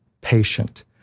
patient